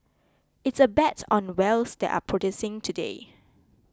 it's a bet on wells that are producing today